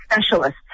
specialists